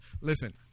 Listen